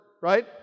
right